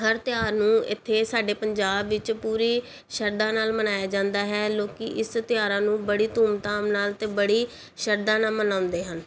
ਹਰ ਤਿਉਹਾਰ ਨੂੰ ਇੱਥੇ ਸਾਡੇ ਪੰਜਾਬ ਵਿੱਚ ਪੂਰੀ ਸ਼ਰਧਾ ਨਾਲ ਮਨਾਇਆ ਜਾਂਦਾ ਹੈ ਲੋਕ ਇਸ ਤਿਉਹਾਰਾਂ ਨੂੰ ਬੜੀ ਧੂਮਧਾਮ ਨਾਲ ਅਤੇ ਬੜੀ ਸ਼ਰਧਾ ਨਾਲ ਮਨਾਉਂਦੇ ਹਨ